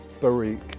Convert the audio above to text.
Baruch